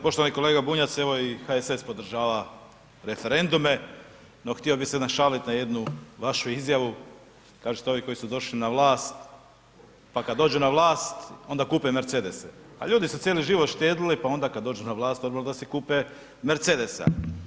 Poštovani kolega Bunjac, evo i HSS podržava referendume, no htio bih se našaliti na jednu vašu izjavu, kažete ovi koji su došli na vlast, pa kad dođu na vlast, onda kupe mercedese, pa ljudi su cijeli život štedili, pa onda kad dođu na vlast, normalno da si kupe mercedesa.